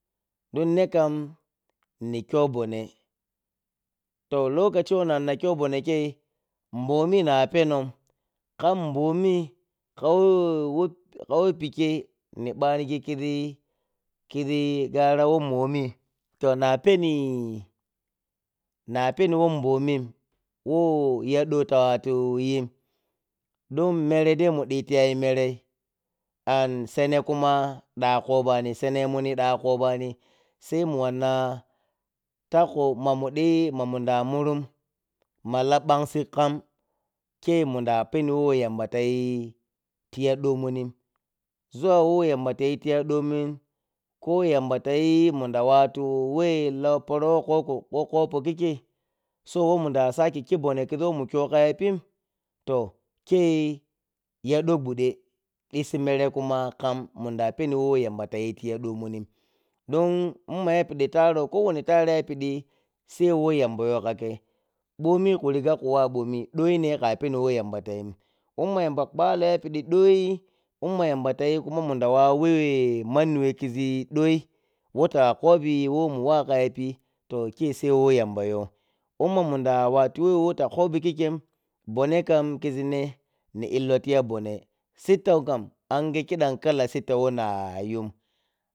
Don ne kam ni kyow bonneh, to lokachi wo ni wanna kyow bonneh jyeyi, mboni napenom, kha mbomi kha wo pikkyeyi ni banishi kill kithi gara wo mbomi to na peni na peni whon mbomim woyaɗho ta watuyim don mere dai muditiyayi merei and sene kuma dha kobani senemunni dha kobani sai mun wanna takko mamu dhi ma munda murun mala bansik kam kei munda penni who yamba tayi tiya dhomunni so wei yamba tayi tiya dhomimni ko yamba tayi munda watu whei la poro who kokko whei kopou kikkei, so who munda sake khi bonne kizi who mun kyou kaya pin toh, kei yaɗo gudde issi mere kuma kam munda penni whei yamba tayi tiya domunni don in mayapidi tarou ko wanni taran yapiɗi sai whei yammbayo ka khei nboni khe noga ku wa mbomi doine ka penni whei yanba tayin bomma yamba kwaam yapidi doi inma yamba tayi kuma munda wawwu whe manni whe kizi doi weta kbi who manni whe kizi doi weta kobi who muwaw kayapi toh kei sai whe yambayo, bho ma munda wattu wewota kobi kikkei mbonne kam kizi ne, ni illo tiya mbone, sittaukam angiye kala sittau wona yun.